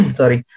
sorry